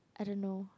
I don't know